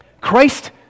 Christ